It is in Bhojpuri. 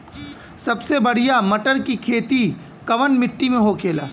सबसे बढ़ियां मटर की खेती कवन मिट्टी में होखेला?